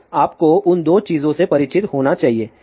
तो आपको उन दोनों चीजों से परिचित होना चाहिए